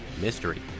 Mystery